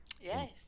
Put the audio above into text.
Yes